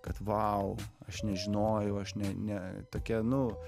kad vau aš nežinojau aš ne ne tokia nu